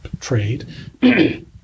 trade